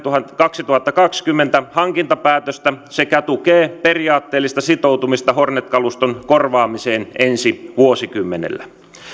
kaksituhattakaksikymmentän hankintapäätöstä sekä tukee periaatteellista sitoutumista hornet kaluston korvaamiseen ensi vuosikymmenellä